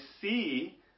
see